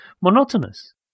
monotonous